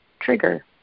trigger